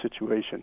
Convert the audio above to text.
situation